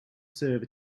serve